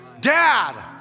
Dad